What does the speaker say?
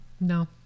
no